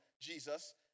Jesus